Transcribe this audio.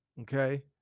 okay